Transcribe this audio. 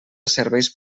serveis